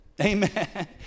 Amen